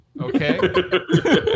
Okay